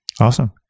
Awesome